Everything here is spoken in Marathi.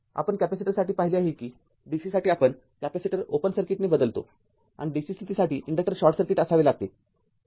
आपण कॅपेसिटरसाठी पाहिले आहे कि dc साठी आपण कॅपेसिटर ओपन सर्किटने बदलतो आणि dc स्थितीसाठी इन्डक्टर शॉर्ट सर्किट असावे लागते